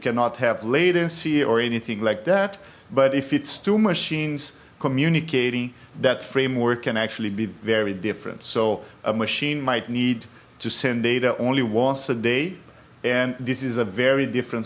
cannot have latency or anything like that but if it's two machines communicating that framework can actually be very different so a machine might need to send data only once a day and this is a very different